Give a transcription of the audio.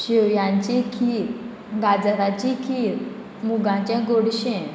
शेव्यांची खीर गाजराची खीर मुगांचे गोडशें